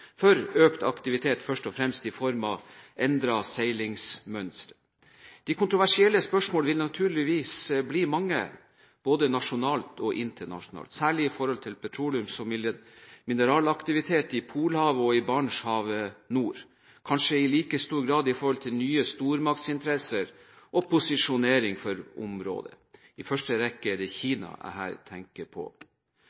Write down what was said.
økt aktivitet først og fremst i form av endret seilingsmønster. De kontroversielle spørsmål vil naturligvis bli mange både nasjonalt og internasjonalt, særlig i forhold til petroleum, mineralaktivitet i Polhavet og i Barentshavet nord, kanskje i like stor grad med tanke på nye stormaktsinteresser og posisjonering for området. I første rekke er det